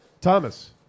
Thomas